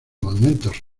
monumentos